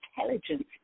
intelligence